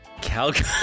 Calgary